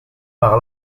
par